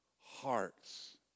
hearts